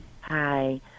Hi